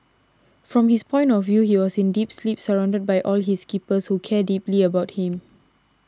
from his point of view he was in deep sleep surrounded by all his keepers who care deeply about him